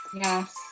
Yes